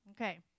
Okay